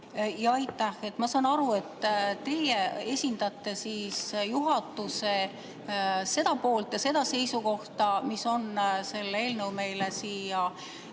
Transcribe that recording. Aitäh! Ma saan aru, et teie esindate juhatuse seda poolt ja seda seisukohta, mis on selle eelnõu meile siia